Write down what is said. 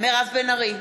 מירב בן ארי,